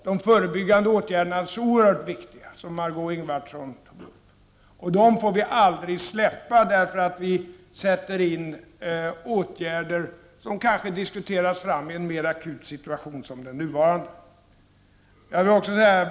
De förebyggande åtgärderna är naturligtvis oerhört viktiga, vilket Margö Ingvardsson påpekade, och vi får aldrig släppa dem på grund av att andra åtgärder vidtas, åtgärder som kanske har diskuterats fram i en mer akut situation, som den nuvarande.